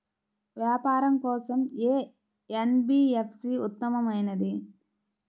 వ్యాపారం కోసం ఏ ఎన్.బీ.ఎఫ్.సి ఉత్తమమైనది?